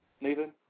Nathan